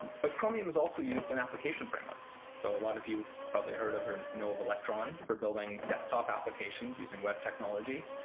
but chromium is also used in application frameworks. so a lot of you have probably heard of or know of electron for building desktop applications using web technology.